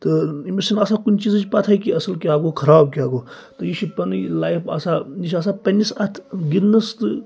تہٕ أمِس چھَنہٕ آسان کُنہِ چیزٕچ پَتہٕے کہِ اَصٕل کیاہ گوٚو خَراب کیاہ گوٚو تہٕ یہِ چھِ پنٕنۍ یہِ لایَف آسان یہِ چھُ آسان پَننِس اَتھ گِنٛدنَس تہٕ